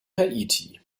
haiti